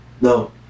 No